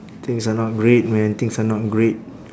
things are not great man things are not great